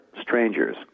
strangers